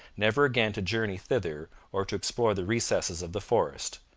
never again to journey thither or to explore the recesses of the forest.